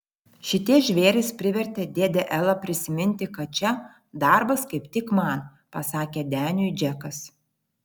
šitie žvėrys privertė dėdę elą prisiminti kad čia darbas kaip tik man pasakė deniui džekas